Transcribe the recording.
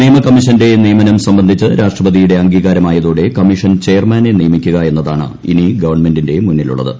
നിയമ കമ്മിഷന്റെ നിയമനം സംബന്ധിച്ച് രാഷ്ട്രപതിയുടെ അംഗീകാരമായതോടെ കമ്മിഷൻ ചെയർമാനെ നിയമിക്കുക എന്നതാണ് ഇനി ഗവൺമെന്റിന്റെ മുന്നിലുള്ളത്